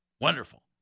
wonderful